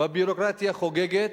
והביורוקרטיה חוגגת,